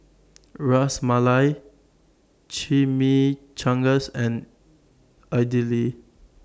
Ras Malai Chimichangas and Idili